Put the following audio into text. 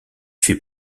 fait